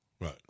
Right